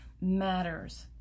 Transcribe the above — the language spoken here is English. matters